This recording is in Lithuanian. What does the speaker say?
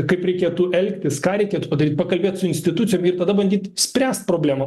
kaip reikėtų elgtis ką reikėtų padaryt pakalbėt su institucijom ir tada bandyt spręst problemą